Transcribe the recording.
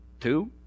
Two